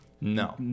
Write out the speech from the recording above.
no